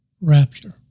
rapture